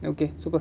okay so